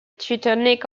teutonic